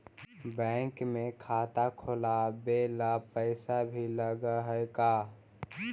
Bank में खाता खोलाबे ल पैसा भी लग है का?